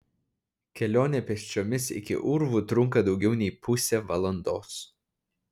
kelionė pėsčiomis iki urvų trunka daugiau nei pusę valandos